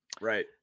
right